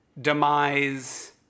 demise